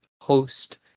host